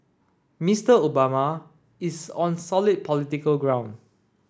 Mr Obama is on solid political ground